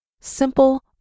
simple